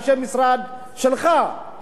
אנשי המשרד שלך,